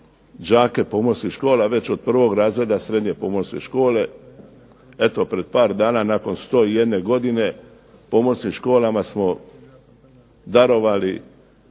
đake pomorskih škola već od 1. razreda Srednje pomorske škole. Eto pred par dana nakon 101 godine pomorskim školama smo darovali